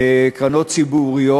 קרנות ציבוריות.